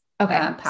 Okay